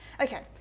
Okay